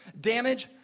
damage